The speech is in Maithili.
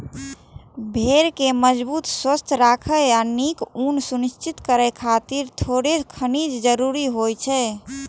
भेड़ कें मजबूत, स्वस्थ राखै आ नीक ऊन सुनिश्चित करै खातिर थोड़ेक खनिज जरूरी होइ छै